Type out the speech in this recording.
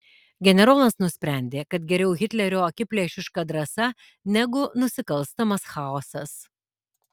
generolas nusprendė kad geriau hitlerio akiplėšiška drąsa negu nusikalstamas chaosas